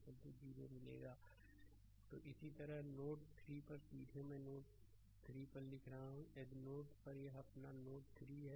slide समय देखें 1520 इसी तरह नोड 3 पर सीधे मैं नोड 3 पर लिख रहा हूं यदि नोड 3 पर यह अपना नोड 3 है